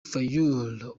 fayulu